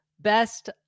Best